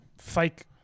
Fake